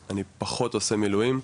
אני פחות עושה מילואים,